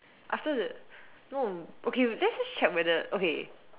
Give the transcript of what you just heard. after the no okay let's just check whether okay